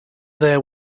there